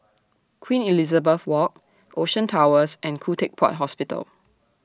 Queen Elizabeth Walk Ocean Towers and Khoo Teck Puat Hospital